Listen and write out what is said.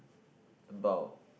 about